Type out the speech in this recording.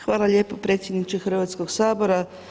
Hvala lijepa predsjedniče Hrvatskoga sabora.